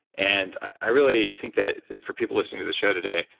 and i really think that for people listening to this show today,